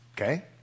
okay